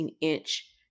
inch